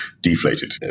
deflated